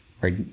Right